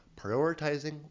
prioritizing